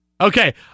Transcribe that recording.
Okay